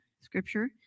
scripture